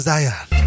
Zion